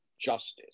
justice